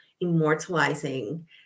immortalizing